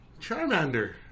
Charmander